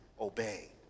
obey